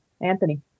Anthony